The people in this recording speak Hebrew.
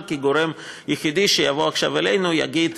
כגורם יחידי שיבוא עכשיו אלינו ויגיד: